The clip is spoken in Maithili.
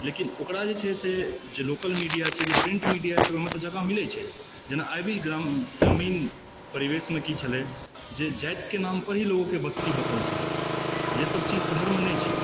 लेकिन ओकरा जे छै से जे लोकल मीडिया छै जे प्रिंट मीडिया छै ओहिमे तऽ जगह मिलै छै जेना आइ भी ग्रामीण परिवेशमे की छलै जे जाइत के नाम पर ही लोगके बस्ती बसल छलै जे सब चीज शहरमे नहि छै